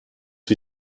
wie